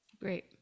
Great